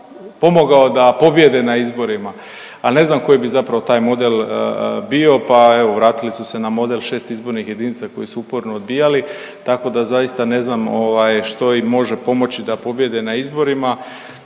pomogao da pobjede na izborima, ali ne znam koji bi zapravo taj model bio, pa evo vratili su se na model 6 izbornih jedinica koji su uporno odbijali. Tako da zaista ne znam ovaj što im može pomoći da pobijede na izborima.